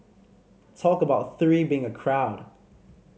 talk about three being a crowd